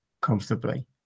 comfortably